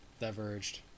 Diverged